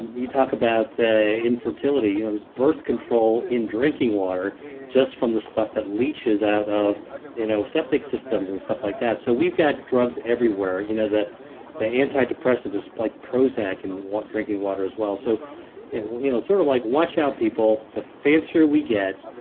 you talk about ah infertility. you know there's birth control in drinking water just from the stuff that leaches out of you know septic systems and stuff like that. so we've got drugs everywhere. you know the the antidepressants there's like prozac and in drinking water as well. so you know sort of like watch out, people. the fancier we get,